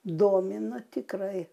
domina tikrai